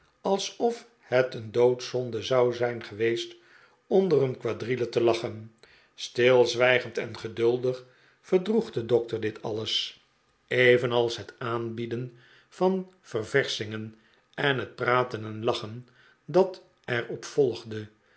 alsof het een doodzonde zou zijn geweest onder een quadrille te lachen stilzwijgend en geduldig verdroeg de dokter dit alles evenals het aanbieden van ververschingen en het praten en lachen dat er op volgde